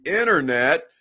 internet